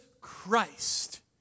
Christ